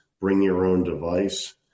bring-your-own-device